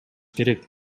керек